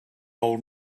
old